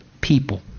people